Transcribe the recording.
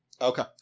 Okay